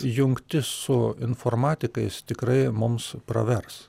jungtis su informatikais tikrai mums pravers